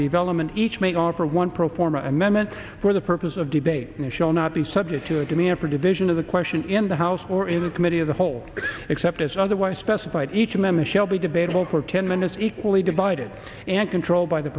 development each may offer one pro forma amendment for the purpose of debate michele not be subject to a demand for division of the question in the house or in the committee of the whole except as otherwise specified each member shall be debatable for ten minutes equally divided and controlled by the